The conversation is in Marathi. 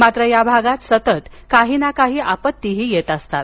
मात्र या भागात सतत काहीना काही आपत्तीही येत असतात